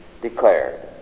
declared